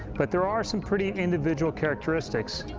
but there are some pretty individual characteristics.